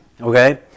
okay